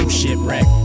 shipwreck